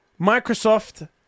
Microsoft